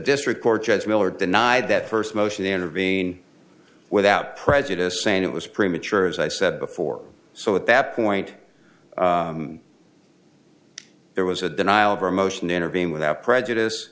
district court judge miller denied that first motion intervene without prejudice saying it was premature as i said before so at that point there was a denial of our motion intervene without prejudice